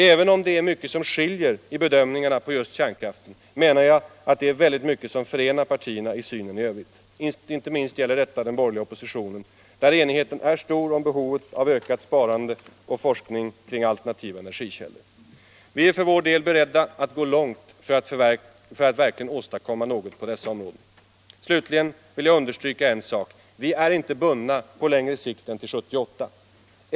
Även om det finns mycket som skiljer i bedömningarna av just kärnkraften är det, menar jag, väldigt mycket som förenar partierna i synen i övrigt. Inte minst gäller detta den borgerliga oppositionen, där enigheten är stor om behovet av ökat energisparande och forskning kring alternativa energikällor. Vi är för vår del beredda att gå långt för att verkligen åstadkomma något på dessa områden. Jag vill också understryka att vi inte är bundna längre än till 1978.